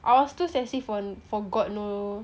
I was too sassy for god know